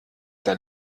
der